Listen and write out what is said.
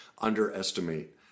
underestimate